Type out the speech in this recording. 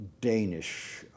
Danish